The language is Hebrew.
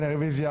היום יום שלישי,